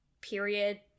period